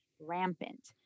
rampant